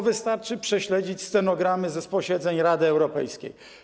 Wystarczy prześledzić stenogramy z posiedzeń Rady Europejskiej.